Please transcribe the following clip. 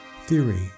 theory